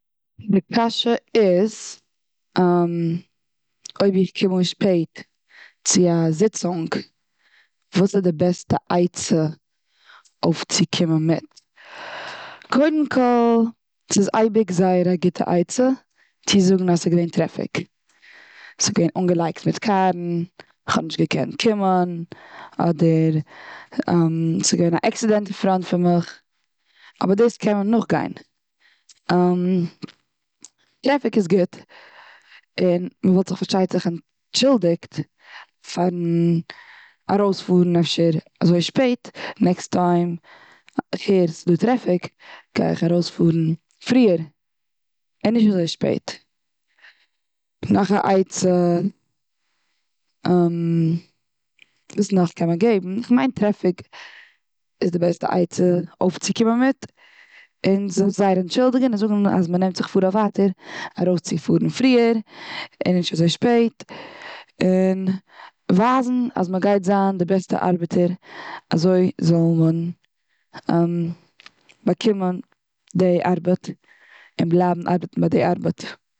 די קשיא איז אויב איך קום אן שפעט צו א זיצונג וואס איז די בעסטע עצה אויפצו קומען מיט. קודם כל ס'איז אייביג זייער א גוטע עצה צו זאגן אז ס'איז געווען טרעפיק. ס'איז געווען אנגעלייגט מיט קארן. כ'האב נישט געקענט קומען. אדער ס'איז געווען א עקסידענט און פארנט פון מיר. אבער דאס קען מען נאכגיין. טרעפיק איז גוט. און מ'וואלט זיך פארשטייט זיך אנטשולדיגט פארן ארויספארן אפשר אזוי שפעט. נעקסט טיים, הערסט ס'איז דא טרעפיק גיי איך ארויס פארן פריער. און נישט אזוי שפעט. נאך א עצה... וואס נאך קען מען געבן? כ'מיין טרעפיק איז די בעסטע עצה אויפצו קומען מיט. און זיך זייער אנטשולדיגן. און זאגן מ'נעמט זיך פאר אויף ווייטער, ארויס צו פארן פריער. און נישט אזוי שפעט. און ווייזן מ'גייט זיין די בעסטע ארבעטער אזוי זאל מען באקומען די ארבעט. און בלייבן ארבעטן ביי די ארבעט.